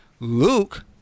Luke